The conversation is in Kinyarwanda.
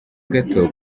gato